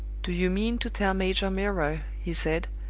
do you mean to tell major milroy, he said,